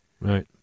Right